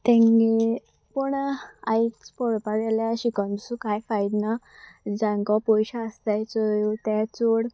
तेंगे पूण आयज पळोवपाक गेल्यार शिकोनसो कांय फायद ना जांको पयशे आसताय चयो ते चड